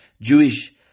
Jewish